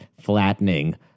flattening